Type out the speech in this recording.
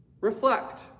Reflect